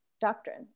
doctrine